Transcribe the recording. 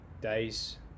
days